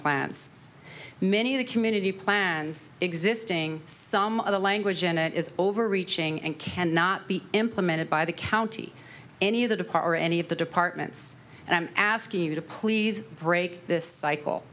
plants many of the community plans existing some of the language in it is overreaching and cannot be implemented by the county any of the dcor or any of the departments and i'm asking you to please break this cycle